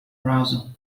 arousal